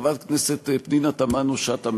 חברת הכנסת פנינה תמנו-שטה,